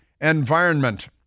environment